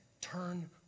Turn